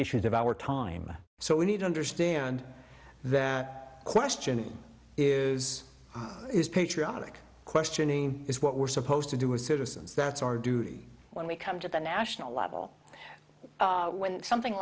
issues of our time so we need to understand that question is is patriotic questioning is what we're supposed to do as citizens that's our duty when we come to the national level when something